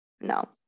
no